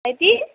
ভাইটী